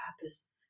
purpose